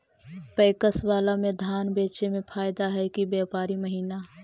PACS बाला में धान बेचे मे फायदा है कि व्यापारी महिना?